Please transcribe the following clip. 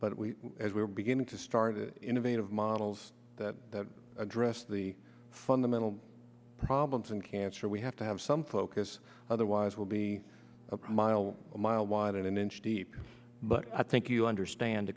but we as we are beginning to start innovative models that address the fundamental problems in cancer we have to have some focus otherwise will be a mile a mile wide and an inch deep but i think you understand the